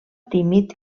tímid